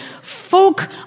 folk